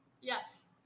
Yes